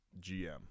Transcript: GM